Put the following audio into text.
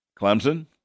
Clemson